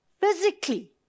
physically